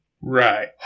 Right